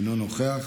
אינו נוכח,